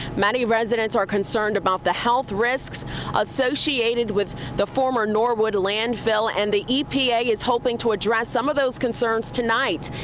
many resident are concern about the health risk associated with the former norwood landfill and the epa is hoping to address some of those concerns tonight.